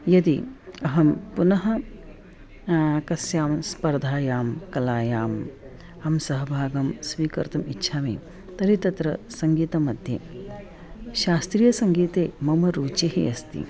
यदि अहं पुनः कस्यां स्पर्धायां कलायाम् अहं सहभागं स्वीकर्तुम् इच्छामि तर्हि तत्र सङ्गीतं मध्ये शास्त्रीयसङ्गीते मम रुचिः अस्ति